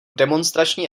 demonstrační